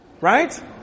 right